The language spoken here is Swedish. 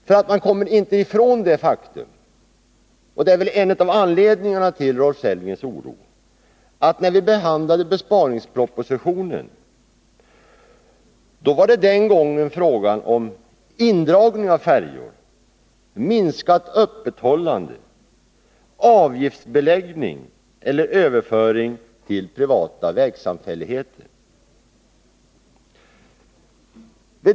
Man kommer nämligen inte ifrån det faktum — och det är väl en av anledningarna till att Rolf Sellgren känner oro— att besparingspropositionen gällde indragning av färjor, minskat öppethållande, avgiftsbeläggning eller överföring till privat vägsamfällighet.